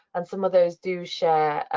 and some of those do share